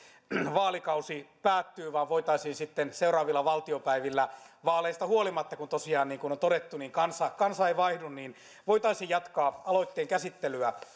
vaalikausi päättyy vaan voitaisiin sitten seuraavilla valtiopäivillä vaaleista huolimatta kun tosiaan niin kuin on todettu kansa kansa ei vaihdu jatkaa aloitteen käsittelyä